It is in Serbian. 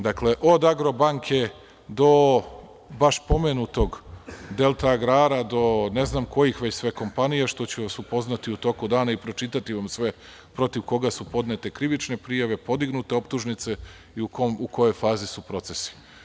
Dakle, od Agrobanke do baš pomenutog Delta agrara, do ne znam kojih sve kompanija, što ću vas upoznati u toku dana i pročitati vam sve protiv koga su podnete krivične prijave, podignute optužnice i u kojoj fazi su procesi.